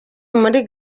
muri